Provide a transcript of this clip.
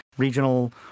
regional